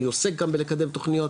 אני עוסק גם בלקדם תוכניות,